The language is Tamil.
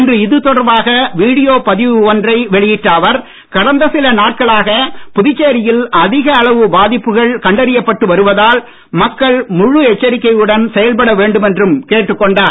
இன்று இது தொடர்பாக வீடியோ பதிவு ஒன்றை வெளியிட்ட அவர் கடந்த சில நாட்களாக புதுச்சேரியில் அதிக அளவு பாதிப்புகள் கண்டறியப்பட்டு வருவதால் மக்கள் முழு எச்சரிக்கையுடன் செயல்பட வேண்டும் என்றும் கேட்டுக் கொண்டார்